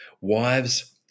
Wives